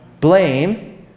Blame